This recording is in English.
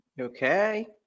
okay